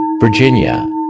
Virginia